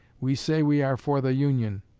we say we are for the union.